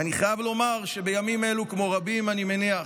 ואני חייב לומר שבימים אלו, כמו רבים אני מניח,